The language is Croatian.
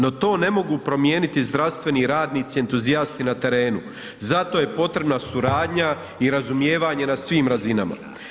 No to ne mogu promijeniti zdravstveni radnici entuzijasti na terenu, za to je potreba suradnja i razumijevanje na svim razinama.